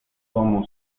tomo